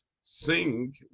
sing